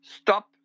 stop